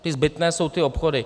Ty zbytné jsou ty obchody.